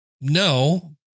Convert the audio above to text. No